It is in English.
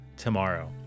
Tomorrow